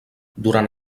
durant